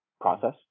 process